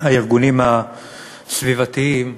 הארגונים הסביבתיים,